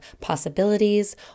possibilities